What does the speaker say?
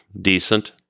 decent